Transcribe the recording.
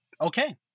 Okay